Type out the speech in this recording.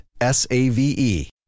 S-A-V-E